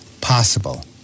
possible